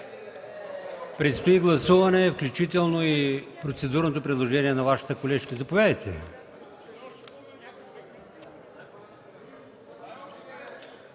Предстои гласуване, включително и редакционното предложение на Вашата колежка. Заповядайте.